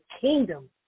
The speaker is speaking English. kingdom